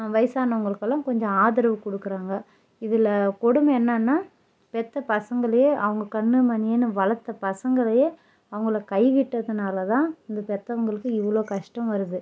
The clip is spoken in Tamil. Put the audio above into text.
வயசு ஆனவங்களுக்கல்லாம் கொஞ்சம் ஆதரவு கொடுக்குறாங்க இதில் கொடுமை என்னன்னா பெற்ற பசங்களே அவங்க கண்ணு மணியேன்னு வளர்த்த பசங்களே அவங்கள கை விட்டதுன்னால தான் இந்த பெற்றவங்களுக்கு இவ்வளோ கஷ்டம் வருது